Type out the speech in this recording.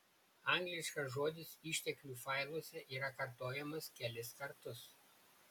angliškas žodis išteklių failuose yra kartojamas kelis kartus